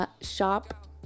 Shop